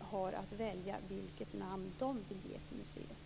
har att välja vilket namn den vill ge till museet.